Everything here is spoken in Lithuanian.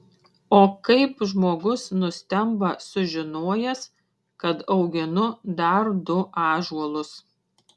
o kaip žmogus nustemba sužinojęs kad auginu dar du ąžuolus